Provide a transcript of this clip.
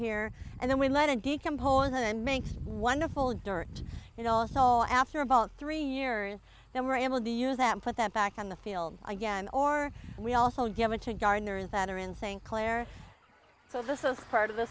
here and then we let a decomposing and makes wonderful dirt you know it's all after about three years and now we're able to use that put that back on the field again or we also give it to garner that are in sync claire so this is part of the